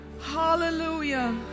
Hallelujah